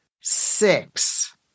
six